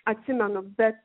atsimenu bet